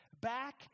back